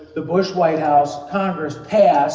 the bush white house, congress passed